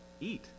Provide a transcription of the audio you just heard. eat